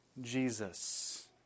Jesus